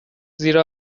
زیر